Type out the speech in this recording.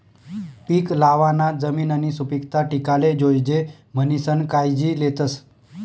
पीक लावाना जमिननी सुपीकता टिकाले जोयजे म्हणीसन कायजी लेतस